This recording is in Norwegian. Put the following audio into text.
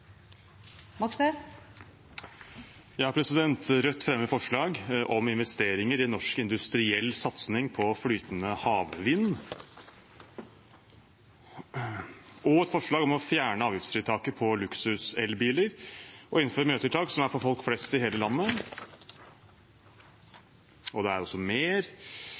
Moxnes vil fremsette fire representantforslag. Rødt vil fremme et forslag om investeringer i norsk industriell satsing på flytende havvind, og et forslag om å fjerne avgiftsfritaket på luksus-elbiler og innføre miljøtiltak som er for folk flest i hele landet. Det er også mer: